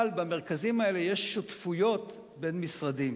אבל במרכזים האלה יש שותפויות בין משרדים.